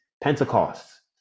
Pentecost